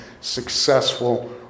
successful